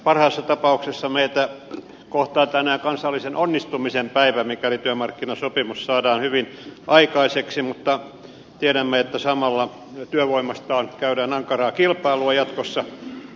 parhaassa tapauksessa meitä kohtaa tänään kansallisen onnistumisen päivä mikäli työmarkkinasopimus saadaan hyvin aikaiseksi mutta tiedämme että samalla työvoimasta käydään ankaraa kilpailua jatkossa